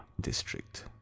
district